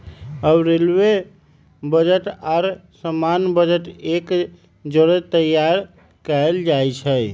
अब railway budget आऽ सामान्य बजट एक जौरे तइयार कएल जाइ छइ